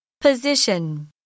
Position